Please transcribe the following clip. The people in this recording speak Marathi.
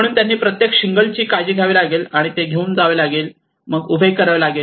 म्हणून त्यांना प्रत्येक शिंगलची काळजी घ्यावी लागेल आणि ते घेऊन जावे लागेल आणि उभे करावे लागेल